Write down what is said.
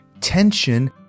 Tension